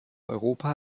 europa